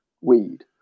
weed